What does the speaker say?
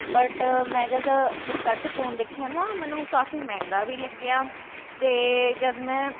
but ਮੈਂ ਜਦ Flipkart 'ਤੇ ਫੋਨ ਦੇਖਿਆ ਨਾ ਮੈਨੂੰ ਕਾਫੀ ਮਹਿੰਗਾ ਵੀ ਲੱਗਿਆ ਅਤੇ ਜਦ ਮੈਂ